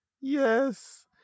yes